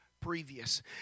previous